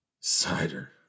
cider